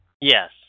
Yes